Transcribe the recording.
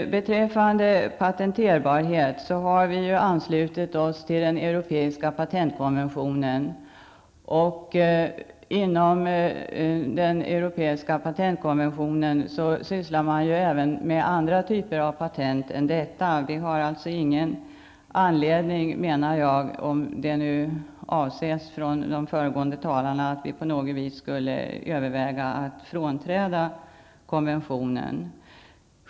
Beträffande patenterbarhet har vi ju anslutit oss till den europeiska patentkonventionen. Där sysslar man ju även med andra typer av patent än det som det nu är fråga om. Vi har ingen anledning -- om de föregående talarna avsåg detta -- att överväga att frångå konventionen.